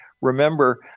remember